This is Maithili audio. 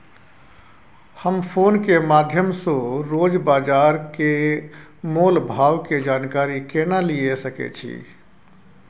हम फोन के माध्यम सो रोज बाजार के मोल भाव के जानकारी केना लिए सके छी?